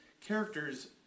characters